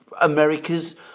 America's